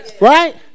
Right